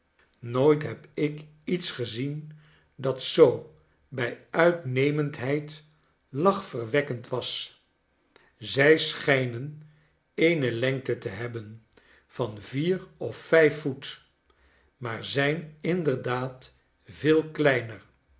nooit heb ik iets gezien dat zoo bij uitnemendheid lachverwekkend was zij schijnen eene lengte te hebben van vier of vijf voet maar zijninderdaad veel kleiner